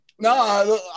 No